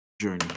Journey